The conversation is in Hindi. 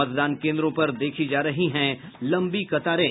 मतदान केन्द्रों पर देखी जा रही है लंबी कतारें